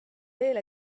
veel